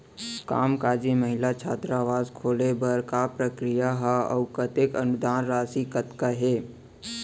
कामकाजी महिला छात्रावास खोले बर का प्रक्रिया ह अऊ कतेक अनुदान राशि कतका हे?